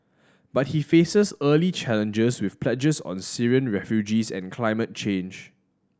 but he faces early challenges with pledges on Syrian refugees and climate change